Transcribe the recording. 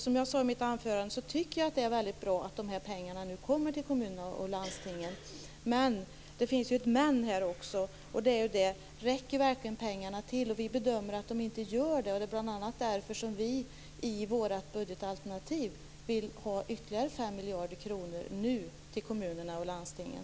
Som jag sade i mitt anförande tycker jag att det är väldigt bra att de här pengarna nu kommer till kommunerna och landstingen. Men det finns ett "men" här, och det är: Räcker verkligen pengarna till? Vi bedömer att de inte gör det, och det är bl.a. därför vi i vårt budgetalternativ vill ha ytterligare 5 miljarder kronor nu till kommunerna och landstingen.